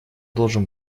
должен